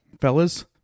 Fellas